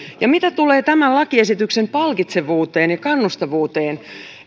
ja mitä tulee tämän lakiesityksen palkitsevuuteen ja kannustavuuteen